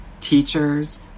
teachers